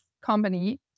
company